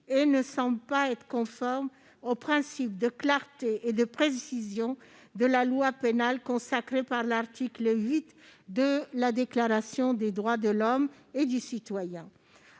et ne semble pas conforme au principe de clarté et de précision de la loi pénale consacré par l'article VIII de la Déclaration des droits de l'homme et du citoyen.